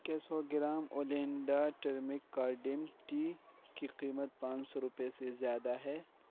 کیا سو گرام اولنڈا ٹرمک کارڈم ٹی کی قیمت پانچ سو روپے سے زیادہ ہے